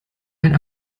ein